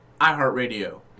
iHeartRadio